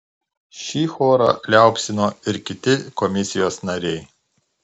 šį chorą liaupsino ir kiti komisijos nariai